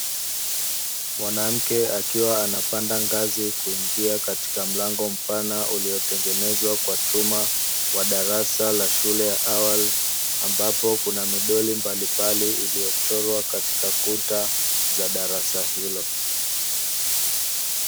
Mwanamke akiwa anapanda ngazi kuingia katika mlango mpana uliotengenezwa kwa chuma, wa darasa la shule ya awali, ambapo kuna midoli mbalimbali iliyochorwa katika kuta za darasa hilo.